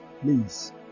please